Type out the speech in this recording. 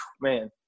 man